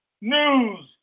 news